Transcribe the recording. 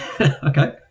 okay